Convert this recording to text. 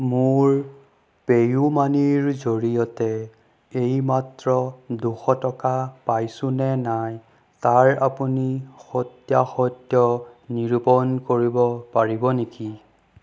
মোৰ পে'ইউ মানিৰ জৰিয়তে এইমাত্ৰ দুশ টকা পাইছো নে নাই তাৰ আপুনি সত্যাসত্য নিৰূপণ কৰিব পাৰিব নিকি